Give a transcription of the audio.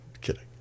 kidding